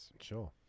Sure